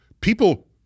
people